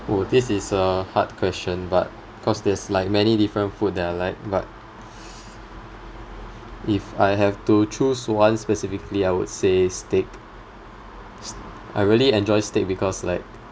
oh this is a hard question but because there's like many different food that I like but if I have to choose one specifically I would say steak s~ I really enjoy steak because like